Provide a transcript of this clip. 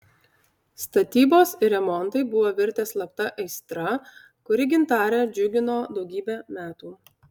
statybos ir remontai buvo virtę slapta aistra kuri gintarę džiugino daugybę metų